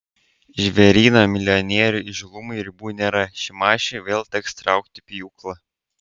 žvėryno milijonierių įžūlumui ribų nėra šimašiui vėl teks traukti pjūklą